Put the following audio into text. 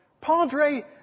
Padre